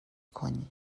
کنی